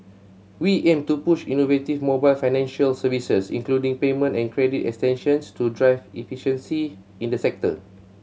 we aim to push innovative mobile financial services including payment and credit extensions to drive efficiency in the sector